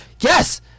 yes